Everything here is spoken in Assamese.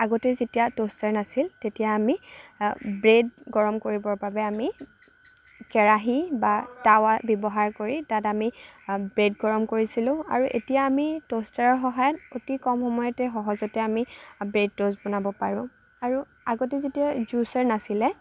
আগতে যেতিয়া ট'ষ্টাৰ নাছিল তেতিয়া আমি ব্ৰেড গৰম কৰিবৰ বাবে আমি কেৰাহি বা টাৱা ব্যৱহাৰ কৰি তাতে আমি ব্ৰেড গৰম কৰিছিলোঁ আৰু এতিয়া আমি ট'ষ্টাৰৰ সহায়ত অতি কম সময়তে সহজতে আমি ব্ৰেড ট'ষ্ট বনাব পাৰোঁ আৰু আগতে যেতিয়া জ্য়ুছাৰ নাছিলে